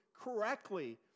correctly